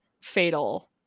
fatal